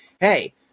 hey